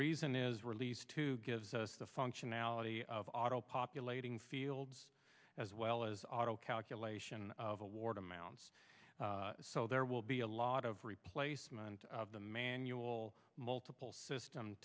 reason is release to gives us the functionality of auto populating fields as well as auto calculation of award amounts so there will be a lot of replacement of the manual multiples system